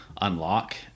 unlock